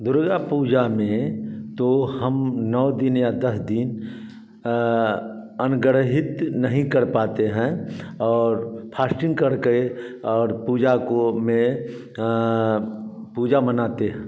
दुर्गा पूजा में तो हम नौ दिन या दस दिन अंग्रहित नहीं कर पाते हैं और फास्टिंग कर के और पूजा को में पूजा मनाते हैं